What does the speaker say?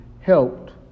helped